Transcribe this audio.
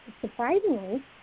surprisingly